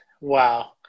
Wow